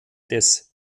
des